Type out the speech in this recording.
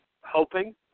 hoping